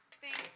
Thanks